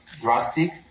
drastic